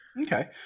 Okay